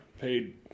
paid